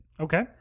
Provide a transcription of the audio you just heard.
okay